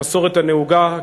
המסורת הנהוגה,